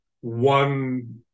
one